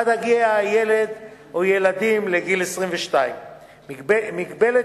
עד הגיע הילד או הילדים לגיל 22. מגבלת